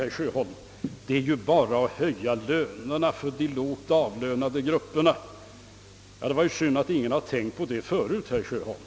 Men det är ju bara, säger herr Sjöholm, att höja lönerna för de lågt avlönade grupperna. Ja, det är ju synd att ingen har tänkt på det förut, herr Sjöholm!